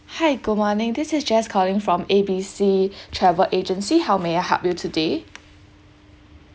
hi good morning this is jess calling from A B C travel agency how may I help you today